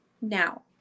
Now